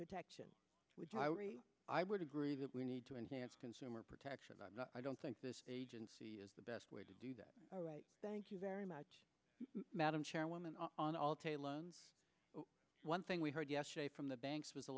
protection which i would agree that we need to enhance consumer protection but i don't think this agency is the best way to do that all right thank you very much madam chairwoman on all one thing we heard yesterday from the banks was a